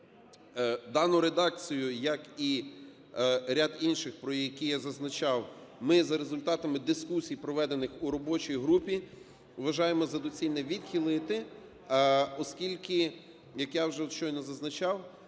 Дану редакцію, як і ряд інших, про які я зазначав, ми за результатами дискусій проведених у робочій групі вважаємо за доцільне відхилити, оскільки, як я вже щойно зазначав,